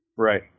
Right